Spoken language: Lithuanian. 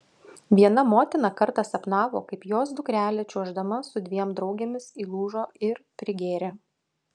viena motina kartą sapnavo kaip jos dukrelė čiuoždama su dviem draugėmis įlūžo ir prigėrė